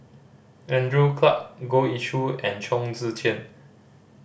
Andrew Clarke Goh Ee Choo and Chong Tze Chien